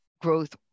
growth